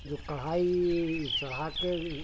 जो कढ़ाई चढ़ाकर